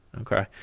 Okay